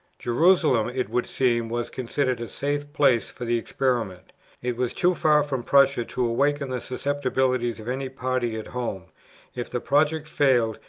jerusalem, it would seem, was considered a safe place for the experiment it was too far from prussia to awaken the susceptibilities of any party at home if the project failed,